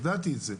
ידעתי את זה.